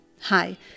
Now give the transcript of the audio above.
Hi